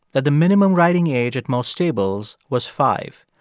that the minimum riding age at most stables was five.